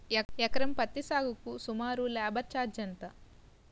ఎకరం పత్తి సాగుకు సుమారు లేబర్ ఛార్జ్ ఎంత?